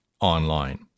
online